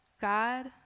God